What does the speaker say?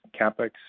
CapEx